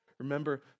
Remember